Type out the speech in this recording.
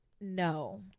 no